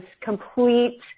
complete